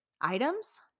items